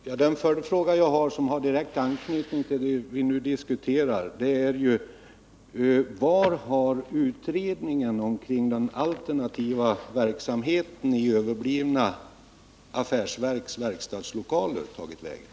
Herr talman! Den följdfråga jag har, som har direkt anknytning till det vi nu diskuterar, är: Vart har utredningen kring den alternativa verksamheten i affärsverkens överblivna verkstadslokaler tagit vägen?